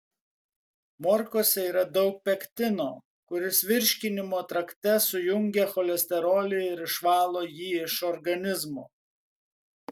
morkose yra daug pektino kuris virškinimo trakte sujungia cholesterolį ir išvalo jį iš organizmo